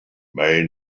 may